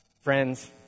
Friends